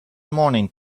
morning